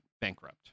bankrupt